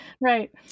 Right